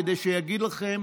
כדי שיגיד לכם